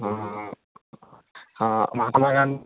हँ हँ महात्मा गांधी